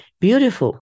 beautiful